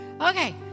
Okay